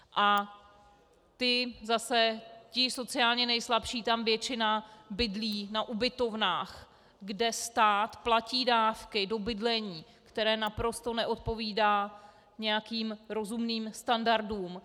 A zase ti sociálně nejslabší, tam většina bydlí na ubytovnách, kde stát platí dávky do bydlení, které naprosto neodpovídá nějakým rozumným standardům.